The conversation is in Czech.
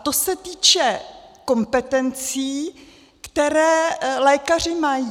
To se týče kompetencí, které lékaři mají.